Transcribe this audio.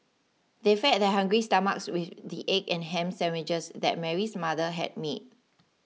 they fed their hungry stomachs with the egg and ham sandwiches that Mary's mother had made